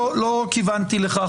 לא כיוונתי לכך,